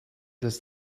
this